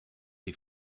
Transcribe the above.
die